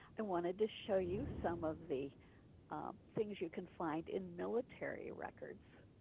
i wanted to show you some of the things you can find in military records.